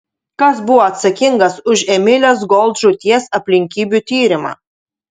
kas buvo atsakingas už emilės gold žūties aplinkybių tyrimą